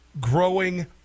Growing